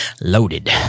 Loaded